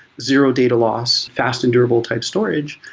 zero data loss, fast and durable type storage,